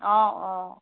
অঁ অঁ